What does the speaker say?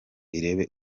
irebe